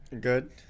Good